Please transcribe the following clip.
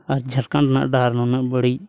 ᱟᱨ ᱡᱷᱟᱲᱠᱷᱚᱸᱰ ᱨᱮᱱᱟᱜ ᱰᱟᱦᱟᱨ ᱱᱩᱱᱟᱹᱜ ᱵᱟᱹᱲᱤᱡ